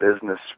business